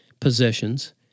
possessions